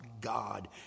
God